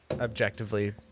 objectively